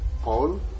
Paul